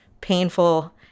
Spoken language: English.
painful